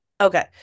Okay